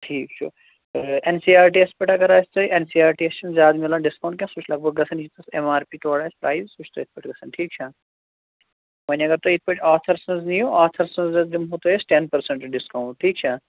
ٹھیٖک چھُ N C R T S پٮ۪ٹھ اگر آسہِ تۄہہِ N C R T S چھِ زیادٕ میلن ڈِسکاوُنٛٹ کیٚنٛہہ سُہ چھُ لگ بگ گژھان ییٖتِس ایم آر پی تورٕ آسہِ پرٛایز سُہ چھُ تٔتھۍ پٮ۪ٹھ گژھان ٹھیٖک چھا وۄنۍ اگر تُہۍ یِتھٕ پٲٹھۍ آتھر سٕنٛز نِیِو آتھر سٕنٛز حظ دِمہٕ بہٕ تۄہہِ أسۍ ٹٮ۪ن پٔرسَنٛٹ ڈِسکاوُنٛٹ ٹھیٖک چھا